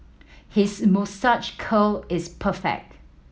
his moustache curl is perfect